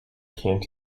kant